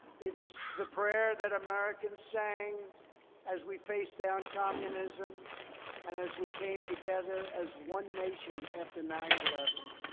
it's the prayer that americans sang as we faced down communism and as we came together as one nation after nine eleven.